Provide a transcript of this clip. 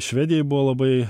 švedijai buvo labai